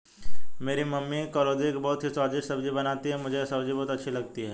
मेरी मम्मी करौंदे की बहुत ही स्वादिष्ट सब्जी बनाती हैं मुझे यह सब्जी बहुत अच्छी लगती है